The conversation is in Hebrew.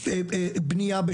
כל זמן שהם רוצים לחיות בקהילה.